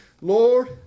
Lord